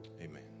Amen